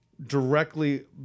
directly